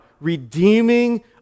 Redeeming